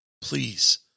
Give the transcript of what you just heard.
Please